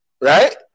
right